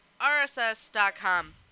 RSS.com